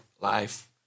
life